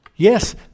Yes